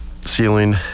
ceiling